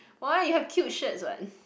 why you have cute shirts what